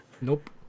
nope